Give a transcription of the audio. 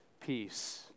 Peace